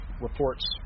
reports